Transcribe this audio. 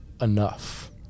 enough